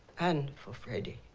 and for freddie